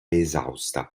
esausta